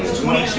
twenty